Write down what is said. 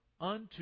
unto